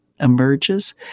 emerges